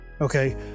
Okay